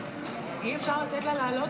אי-אפשר לתת לה לעלות?